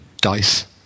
dice